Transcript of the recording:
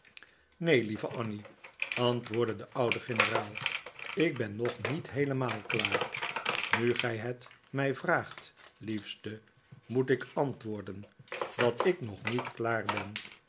neen lieve annie antwoordde de oude generaal ik ben nog niet heelemaal klaar nu gij het mij vraagt liefste moet ik antwoorden dat ik nog niet klaar ben